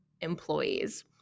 employees